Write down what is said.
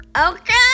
Okay